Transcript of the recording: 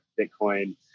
bitcoin